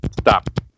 Stop